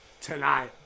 tonight